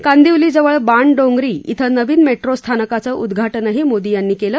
कांदिवलीजवळ बाणडोंगरी इथं नवीन मेट्रो स्थानकाचं उद्घाटनही मोदी यांनी केलं